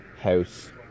house